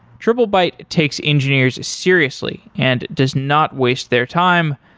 triplebyte takes engineers seriously and does not waste their time,